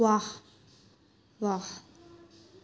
वाह्